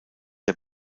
der